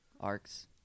arcs